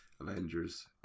Avengers